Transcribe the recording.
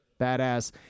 badass